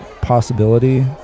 possibility